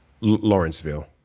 Lawrenceville